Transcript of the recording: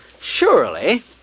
Surely